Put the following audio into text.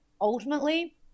ultimately